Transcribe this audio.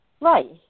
Right